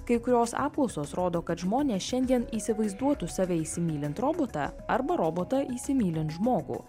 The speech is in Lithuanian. kai kurios apklausos rodo kad žmonės šiandien įsivaizduotų save įsimylint robotą arba robotą įsimylint žmogų